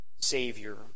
Savior